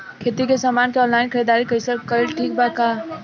खेती के समान के ऑनलाइन खरीदारी कइल ठीक बा का?